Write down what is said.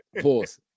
pause